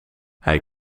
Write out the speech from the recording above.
hij